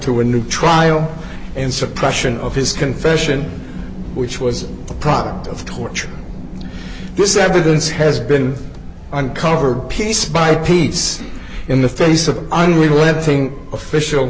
to a new trial and suppression of his confession which was the product of torture this evidence has been uncovered piece by piece in the face of the unrelenting official